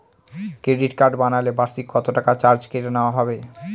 Credit card বানালে বার্ষিক কত টাকা চার্জ কেটে নেওয়া হবে?